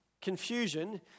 confusion